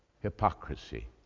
hypocrisy